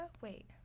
Wait